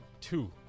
Two